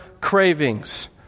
cravings